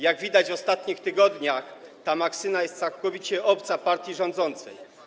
Jak widać, w ostatnich tygodniach ta maksyma jest całkowicie obca partii rządzącej.